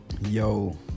Yo